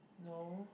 no